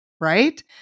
right